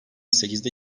sekizde